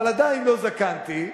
ועדיין לא זקנתי,